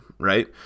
right